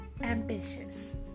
ambitious